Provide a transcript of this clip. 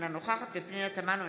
אינה נוכחת פנינה תמנו,